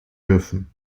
dürfen